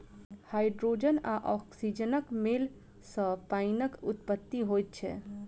hydrogen आ औक्सीजनक मेल सॅ पाइनक उत्पत्ति होइत छै